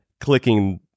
clicking